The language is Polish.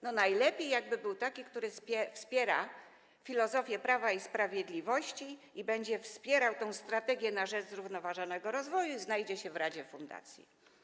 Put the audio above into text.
Najlepiej jakby był taki, który wspiera filozofię Prawa i Sprawiedliwości i będzie wspierał tę strategię na rzecz zrównoważonego rozwoju, a znajdzie się w radzie fundacji.